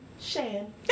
Shan